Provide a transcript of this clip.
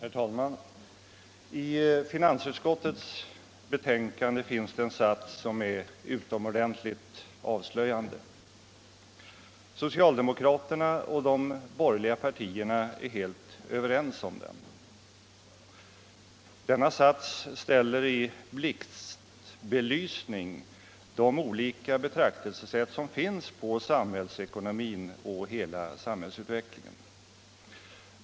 Herr talman! I finansutskottets betänkande finns det en sats som är utomordentligt avslöjande. Socialdemokraterna och de borgerliga partierna är helt överens om den. Denna sats ställer i blixtbelysning de olika betraktelsesätt som finns på samhällsekonomin och hela samhällsutvecklingen.